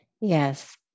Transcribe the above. Yes